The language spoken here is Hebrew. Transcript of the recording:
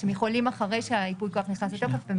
הם יכולים אחרי שייפוי הכוח נכנס לתוקף.